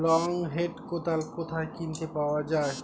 Long hand কোদাল কোথায় কিনতে পাওয়া যায়?